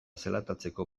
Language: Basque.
zelatatzeko